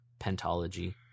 pentology